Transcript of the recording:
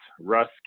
Russ